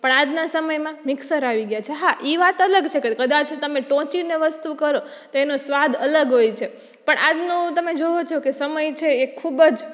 પણ આજના સમયમાં મિક્સર આવી ગયાં છે હા ઈ વાત અલગ છે કે તમે ટોંચિને વસ્તુ કરો તો એનો સ્વાદ અલગ હોય છે પણ આજનું તમે જુઓ છોકે સમય છે એ ખૂબ જ